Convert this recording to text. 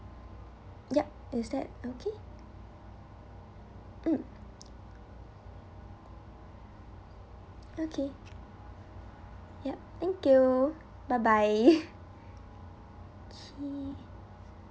yup is that okay mm okay yup thank you bye bye okay